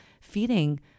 feeding